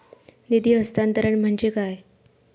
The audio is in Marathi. निधी हस्तांतरण म्हणजे काय?